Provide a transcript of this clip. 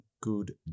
Good